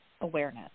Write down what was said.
awareness